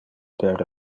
per